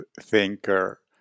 thinker